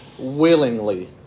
willingly